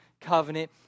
covenant